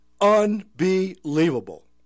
Unbelievable